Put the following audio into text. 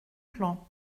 plan